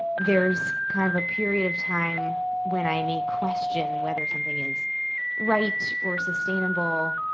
there's, kind of, a period of time when i may question whether something is right or sustainable.